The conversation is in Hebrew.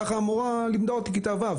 ככה המורה לימדה אותי בכיתה ו',